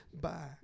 Bye